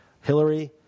Hillary